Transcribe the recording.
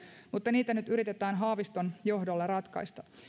mutta niitä nyt yritetään haaviston johdolla ratkaista